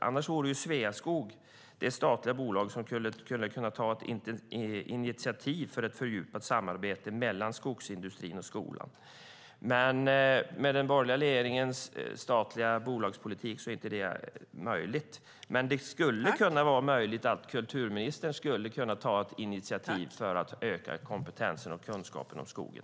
Annars vore Sveaskog det statliga bolag som skulle kunna ta ett initiativ för ett fördjupat samarbete mellan skogsindustrin och skolan. Med den borgerliga regeringens statliga bolagspolitik är det inte möjligt. Men det skulle kunna vara möjligt för kulturministern att ta ett initiativ för att öka kompetensen och kunskapen om skogen.